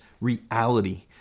reality